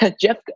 Jeff